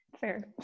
fair